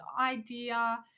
idea